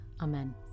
Amen